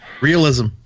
Realism